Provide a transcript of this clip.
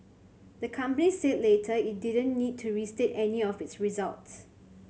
the company said later it didn't need to restate any of its results